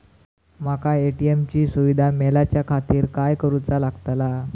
माका ए.टी.एम ची सुविधा मेलाच्याखातिर काय करूचा लागतला?